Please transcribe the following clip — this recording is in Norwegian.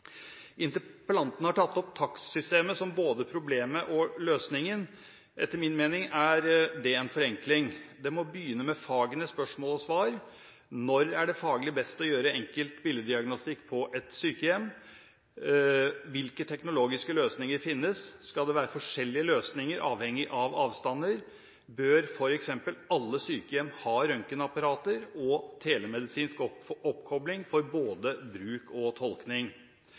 Interpellanten har tatt opp takstsystemet som både problemet og løsningen. Etter min mening er det en forenkling. Det må begynne med fagenes spørsmål og svar. Når er det faglig best å gjøre enkel billeddiagnostikk på et sykehjem? Hvilke teknologiske løsninger finnes? Skal det være forskjellige løsninger avhengig av avstander? Bør f.eks. alle sykehjem ha røntgenapparater og telemedisinsk oppkobling for både bruk og tolkning?